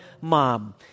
mom